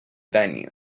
venue